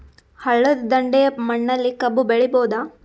ಹಳ್ಳದ ದಂಡೆಯ ಮಣ್ಣಲ್ಲಿ ಕಬ್ಬು ಬೆಳಿಬೋದ?